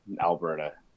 Alberta